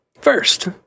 First